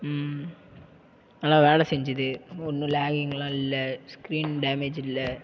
நல்லா வேலை செஞ்சது ஒன்று லாகிங்லாம் இல்லை ஸ்கிரீன் டேமேஜ் இல்லை